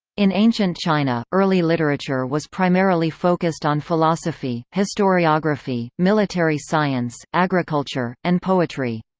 in ancient china, early literature was primarily focused on philosophy, historiography, military science, agriculture, and poetry.